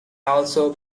also